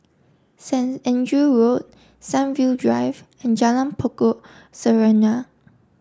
Saint Andrew Road Sunview Drive and Jalan Pokok Serunai